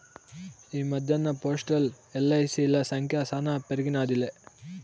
ఈ మద్దెన్న పోస్టల్, ఎల్.ఐ.సి.ల సంఖ్య శానా పెరిగినాదిలే